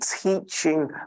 teaching